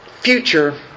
future